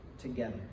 together